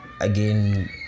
Again